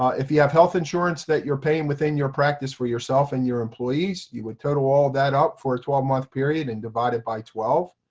ah if you have health insurance that you're paying within your practice for yourself and your employees, you would total all that up for a twelve month period and divide it by twelve.